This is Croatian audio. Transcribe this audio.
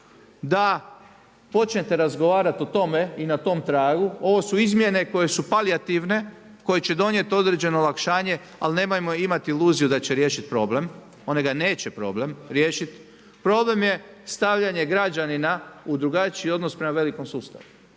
da počnete razgovarati o tome i na tom tragu, ovo su izmjene koje su palijativne, koje će donijeti određeno olakšanje, ali nemojmo imati iluziju da će riješiti problem. Oni ga neće problem riješiti. Problem je stavljanje građanina u drugačiji odnos prema velikom sustavu.